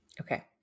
Okay